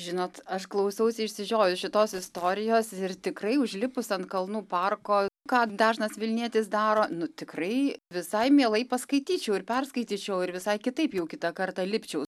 žinot aš klausausi išsižiojus šitos istorijos ir tikrai užlipus ant kalnų parko ką dažnas vilnietis daro nu tikrai visai mielai paskaityčiau ir perskaityčiau ir visai kitaip jau kitą kartą lipčiau